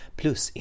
plus